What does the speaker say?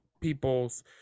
people's